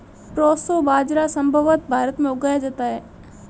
proso बाजरा संभवत भारत में उगाया जाता है